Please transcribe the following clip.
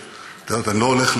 אני לא מעריך שבקלות,